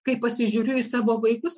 kai pasižiūriu į savo vaikus